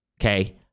Okay